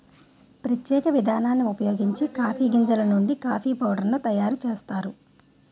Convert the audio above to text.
ప్రత్యేక విధానాన్ని ఉపయోగించి కాఫీ గింజలు నుండి కాఫీ పౌడర్ ను తయారు చేస్తారు